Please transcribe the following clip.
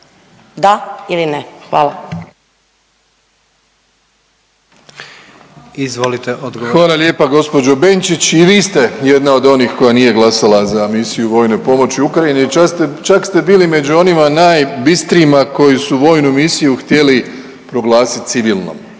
Da ili ne? Hvala.